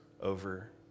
over